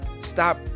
stop